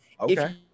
Okay